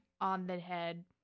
on-the-head